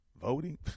Voting